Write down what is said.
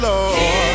Lord